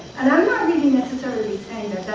and i'm not really necessarily